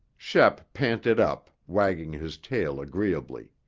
shep panted up, wagging his tail agreeably.